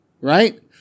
Right